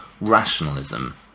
rationalism